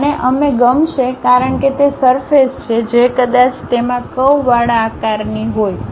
અને અમે ગમશે કારણ કે તે સરફેસ છે જે કદાચ તેમાં કરવવાળા આકારની હોય